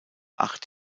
acht